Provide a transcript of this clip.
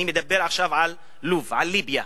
אני מדבר עכשיו על לוב, על ליביה,